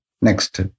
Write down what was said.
Next